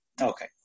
Okay